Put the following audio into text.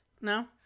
No